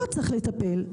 פה צריך לטפל,